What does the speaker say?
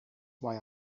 why